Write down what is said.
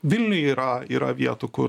vilniuj yra yra vietų kur